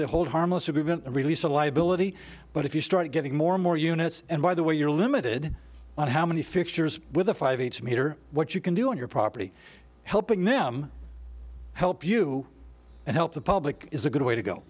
the hold harmless suburban release a liability but if you start getting more and more units and by the way you're limited on how many fixtures with a five each meter what you can do on your property helping them help you and help the public is a good way to go